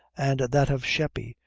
and that of sheppy,